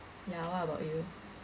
ya what about you